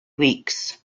weeks